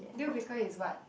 deal breaker is what